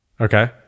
Okay